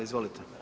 Izvolite.